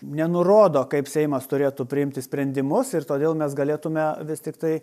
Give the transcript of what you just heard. nenurodo kaip seimas turėtų priimti sprendimus ir todėl mes galėtume vis tiktai